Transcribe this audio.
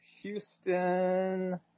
Houston